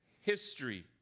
history